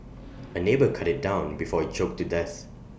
A neighbour cut IT down before IT choked to death